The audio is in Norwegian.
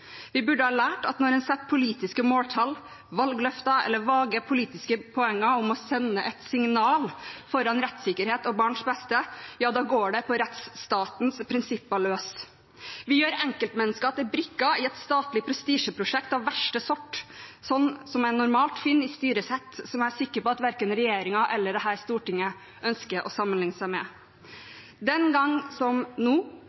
Vi burde ha lært at når politiske måltall, valgløfter eller vage politiske poenger om å sende et signal settes foran rettssikkerhet og barns beste, går det på rettsstatens prinsipper løs. Vi gjør enkeltmennesker til brikker i et statlig prestisjeprosjekt av verste sort, som en normalt finner i styresett som jeg er sikker på at verken regjeringen eller dette stortinget ønsker å sammenligne seg med. Den gang, som nå,